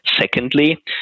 secondly